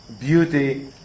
beauty